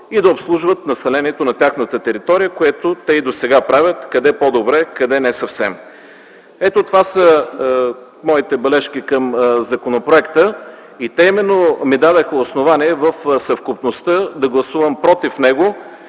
и да обслужват населението на своята територия, което те и досега правят къде по-добре, къде не съвсем. Ето това са моите бележки по законопроекта. Те именно ми дадоха основание в съвкупността си да гласувам против него,